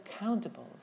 accountable